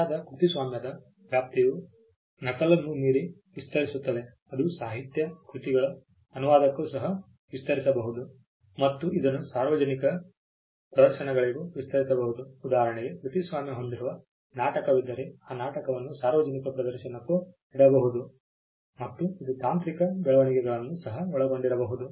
ಸರಿಯಾದ ಕೃತಿಸ್ವಾಮ್ಯದ ವ್ಯಾಪ್ತಿಯು ನಕಲನ್ನು ಮೀರಿ ವಿಸ್ತರಿಸುತ್ತದೆ ಅದು ಸಾಹಿತ್ಯ ಕೃತಿಗಳ ಅನುವಾದಕ್ಕೂ ಸಹ ವಿಸ್ತರಿಸಬಹುದು ಮತ್ತು ಇದನ್ನು ಸಾರ್ವಜನಿಕ ಪ್ರದರ್ಶನಗಳಿಗೂ ವಿಸ್ತರಿಸಬಹುದು ಉದಾಹರಣೆಗೆ ಕೃತಿಸ್ವಾಮ್ಯ ಹೊಂದಿರುವ ನಾಟಕವಿದರೆ ಆ ನಾಟಕವನ್ನು ಸಾರ್ವಜನಿಕ ಪ್ರದರ್ಶನಕ್ಕೂ ಇಡಬಹುದು ಮತ್ತು ಇದು ತಾಂತ್ರಿಕ ಬೆಳವಣಿಗೆಗಳನ್ನು ಸಹ ಒಳಗೊಂಡಿರಬಹುದು